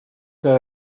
que